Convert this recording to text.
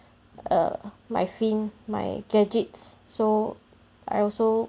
err my fin my gadgets so I also